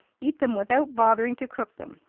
eat them without bothering to cook them.